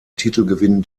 titelgewinn